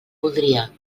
voldria